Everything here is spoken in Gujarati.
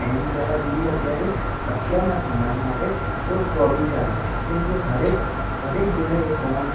એમ કહેવા જઈએ અત્યારે અત્યારના સમય માટે તો તો બી ચાલે કેમ કે દરેક દરેક જોડે એ ફોન